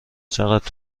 چقدر